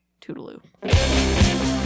Toodaloo